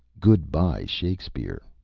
good-bye shakespeare.